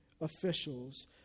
officials